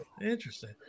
interesting